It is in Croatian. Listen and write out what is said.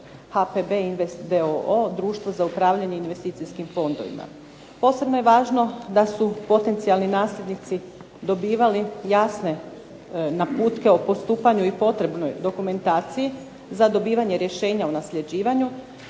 HPB Invest d.o.o., društvo za upravljanje investicijskim fondovima. Posebno je važno da su potencijalni nasljednici dobivali jasne naputke o postupanju i potrebnoj dokumentaciji, za dobivanje rješenja o nasljeđivanju